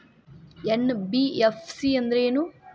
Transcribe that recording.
NBFC ಅಂದ್ರೇನು?